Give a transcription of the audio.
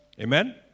Amen